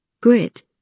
Grit